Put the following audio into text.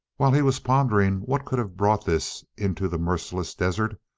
while he was pondering what could have brought this into the merciless desert,